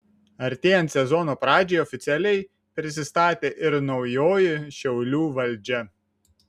artėjant sezono pradžiai oficialiai prisistatė ir naujoji šiaulių valdžia